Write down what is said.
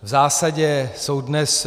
V zásadě jsou dnes...